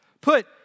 Put